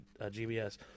GBS